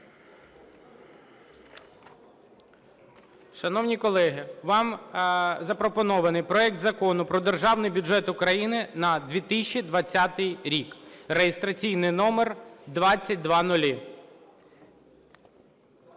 Шановні колеги, вам запропонований проект Закону про Державний бюджет України на 2020 рік (реєстраційний номер 2000).